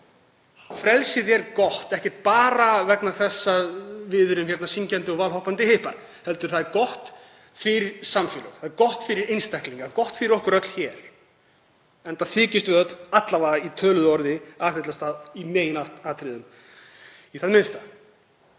Frelsið er gott, ekki bara vegna þess að við erum hér syngjandi og valhoppandi hippar heldur af því að það er gott fyrir samfélög. Það er gott fyrir einstaklinga, gott fyrir okkur öll hér, enda þykjumst við öll, alla vega í töluðu orði, aðhyllast það í meginatriðum í það minnsta.